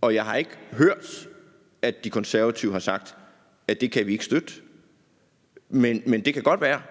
Og jeg har ikke hørt, at De Konservative har sagt, at de ikke kan støtte det. Men det kan godt være.